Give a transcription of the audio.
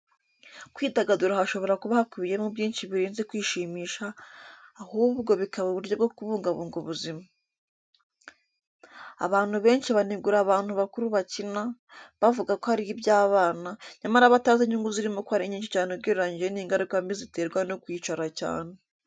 Kwidagadura hashobora kuba hakubiyemo byinshi birenze kwishimisha, ahubwo bikaba uburyo bwo kubungabunga ubuzima. Abantu benshi banegura abantu bakuru bakina, bavuga ko ari iby'abana, nyamara batazi inyungu zirimo ko ari nyinshi cyane ugereranyije n'ingaruka mbi ziterwa no kwicara cyane.